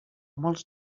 molts